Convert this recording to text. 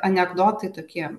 anekdotai tokie